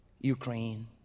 Ukraine